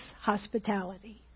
hospitality